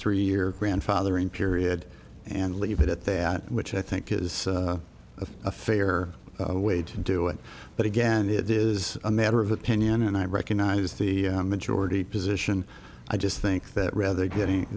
three year grandfathering period and leave it at that which i think is a fair way to do it but again that is a matter of opinion and i recognize the majority position i just think that rather getting